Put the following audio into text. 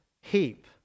heap